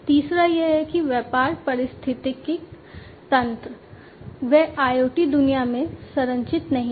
तीसरा यह है कि व्यापार पारिस्थितिकी तंत्र वे IoT दुनिया में संरचित नहीं हैं